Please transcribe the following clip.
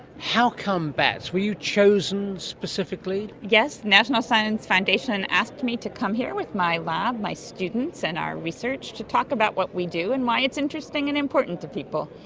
how come bats? were you chosen specifically? yes, the national science foundation asked me to come here with my lab, my students and our research to talk about what we do and why it's interesting and important to people.